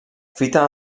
fita